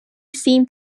seemed